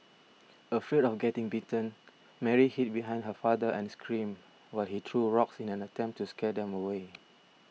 afraid of getting bitten Mary hid behind her father and screamed while he threw rocks in an attempt to scare them away